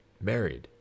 married